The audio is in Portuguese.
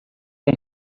com